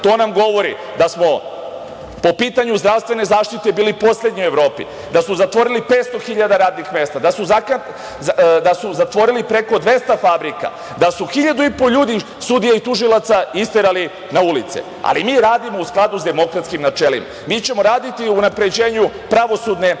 to nam govori da smo po pitanju zdravstvene zaštite bili poslednji u Evropi, da su zatvorili 500.000 radnih mesta, da su zatvorili preko 200 fabrika, da su 1.500 ljudi sudija i tužilaca isterali na ulice, ali mi radimo u skladu s demokratskim načelima. Mi ćemo raditi na unapređenju pravosudne